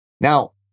Now